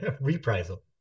Reprisal